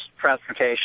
transportation